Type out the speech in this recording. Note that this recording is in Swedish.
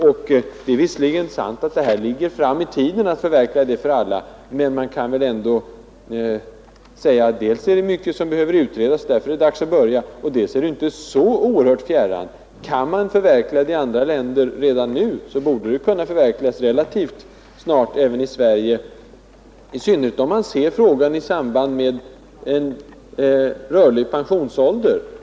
Det är visserligen sant att möjligheten att förverkliga det för alla ligger fram i tiden. Men det är mycket som behöver utredas, och därför är det dags att börja. Och det är - Nr 56 inte så oerhört fjärran. Kan man förverkliga det i andra länder redan nu, Onsdagen den så borde det kunna gå relativt snart även i Sverige, i synnerhet om man 12 april 1972 ser frågan i samband med en rörlig pensionsålder.